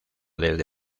desde